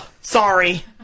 Sorry